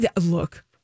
Look